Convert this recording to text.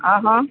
હા